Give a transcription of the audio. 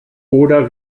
oder